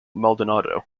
maldonado